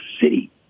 City